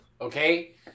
okay